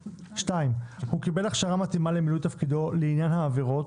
הוא קיבל הכשרה מתאימה למילוי תפקידו לעניין העבירות,